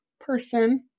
person